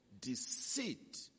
deceit